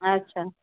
আচ্ছা